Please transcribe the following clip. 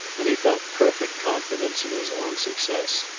and he felt perfect confidence in his own success.